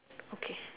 okay